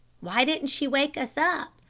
why didn't she wake us up?